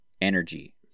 energy